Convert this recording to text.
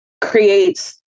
creates